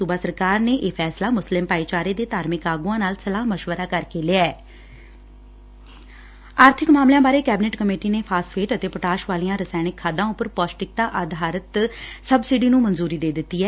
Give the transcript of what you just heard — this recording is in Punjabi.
ਸੁਬਾ ਸਰਕਾਰ ਨੇ ਇਹ ਫੈਸਲਾ ਮੁਸਲਿਮ ਭਾਈਚਾਰੇ ਦੇ ਧਾਰਮਿਕ ਆਗੁਆਂ ਨਾਲ ਸਲਾਹ ਮਸ਼ਵਰਾ ਕਰਕੇ ਲਿਐ ਆਰਥਿਕ ਮਾਮਲਿਆਂ ਬਾਰੇ ਕੈਬਨਿਟ ਕਮੇਟੀ ਨੇ ਫਾਸਫੇਟ ਅਤੇ ਪੋਟਾਸ਼ ਵਾਲੀਆਂ ਰਸਾਇਣਕ ਖਾਦਾਂ ਉਪਰ ਪੋਸ਼ਟਿਕਤਾ ਆਧਾਰਤ ਸਬਸਿਡੀ ਨੁੰ ਮਨਜੁਰੀ ਦੇ ਦਿੱਤੀ ਐ